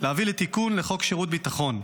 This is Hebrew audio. להביא לתיקון לחוק שירות ביטחון.